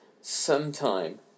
sometime